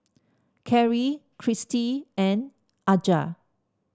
Karri Cristy and Aja